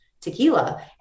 tequila